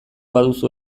baduzu